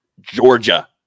Georgia